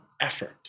effort